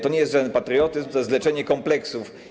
To nie jest żaden patriotyzm, to jest leczenie kompleksów.